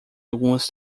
algumas